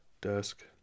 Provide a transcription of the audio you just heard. desk